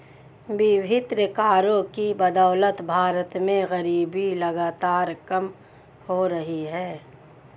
विभिन्न करों की बदौलत भारत में गरीबी लगातार कम हो रही है